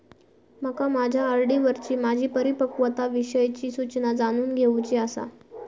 माका माझ्या आर.डी वरची माझी परिपक्वता विषयची सूचना जाणून घेवुची आसा